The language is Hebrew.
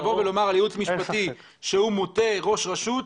לבוא ולומר על ייעוץ משפטי שהוא מוטה ראש רשות,